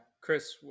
Chris